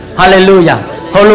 hallelujah